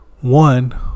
One